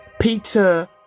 Peter